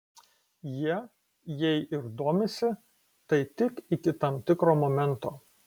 jie jei ir domisi tai tik iki tam tikro momento